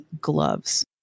gloves